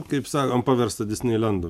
kaip sakom paversta disneilendu